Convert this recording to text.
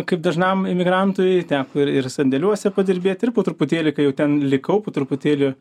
kaip dažnam emigrantui teko ir ir sandėliuose padirbėti ir po truputėlį kai jau ten likau po truputėlį